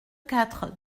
quatre